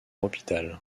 hôpital